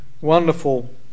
wonderful